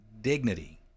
dignity